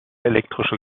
elektrische